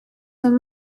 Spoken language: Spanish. son